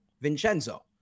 Vincenzo